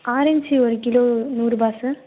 orange ஒரு kilo நூறு ரூபாய் சார்